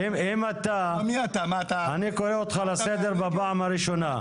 אני קורא אותך לסדר פעם ראשונה.